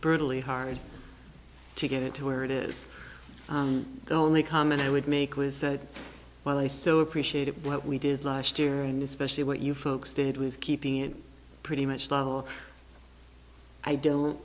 brutally hard to get it to where it is the only comment i would make was that while i so appreciated what we did last year and especially what you folks did with keeping it pretty much level i don't